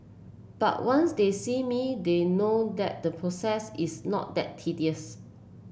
but once they see me they know that the process is not that tedious